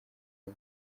nzu